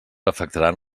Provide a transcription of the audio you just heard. afectaran